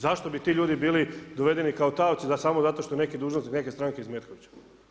Zašto bi ti ljudi bili dovedeni kao taoci samo zato što neki dužnosnik neke stranke iz Metkovića.